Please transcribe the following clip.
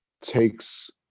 takes